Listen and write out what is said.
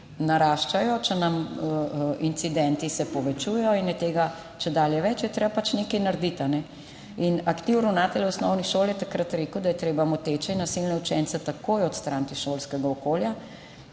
naraščajo, če se nam incidenti povečujejo in je tega čedalje več, je pač treba nekaj narediti. Aktiv ravnateljev osnovnih šol je takrat rekel, da je treba moteče in nasilne učence takoj odstraniti iz šolskega okolja